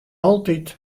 altyd